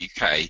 UK